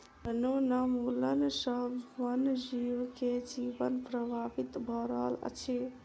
वनोन्मूलन सॅ वन जीव के जीवन प्रभावित भ रहल अछि